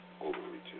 Overreach